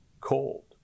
cold